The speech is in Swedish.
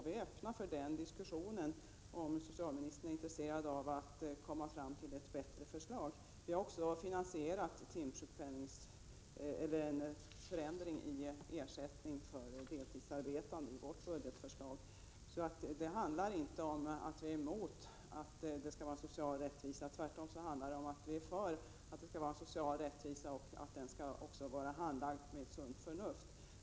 Vi är öppna för en diskussion, om socialministern är intresserad av att komma fram till ett bättre förslag. Jag vill också säga att vi i vårt budgetförslag finansierat en förändring av ersättningen till deltidsarbetande. Det handlar alltså inte om att vi är emot social rättvisa. Vi är tvärtom för ett system som innebär social rättvisa och som dessutom baseras på sunt förnuft.